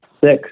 six